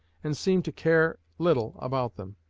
and seemed to care little about them.